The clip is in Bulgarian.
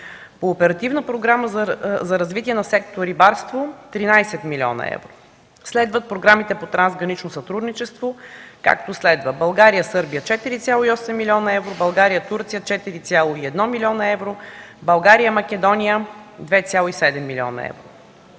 по Оперативна програма „Развитие на сектор „Рибарство” – 13 млн. евро. Следват програмите по трансгранично сътрудничество, както следва: България-Сърбия – 4,8 млн. евро, България-Турция – 4,1 млн. евро; България-Македония – 2,7 млн. евро.